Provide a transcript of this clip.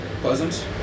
Pleasant